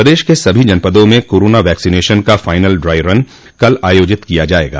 प्रदेश के सभी जनपदों में कोरोना वैक्सिनेशन का फाइनल ड्राई रन कल आयोजित किया जायेगा